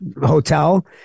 hotel